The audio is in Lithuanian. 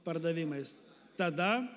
pardavimais tada